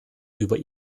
über